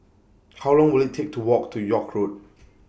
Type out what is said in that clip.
How Long Will IT Take to Walk to York Road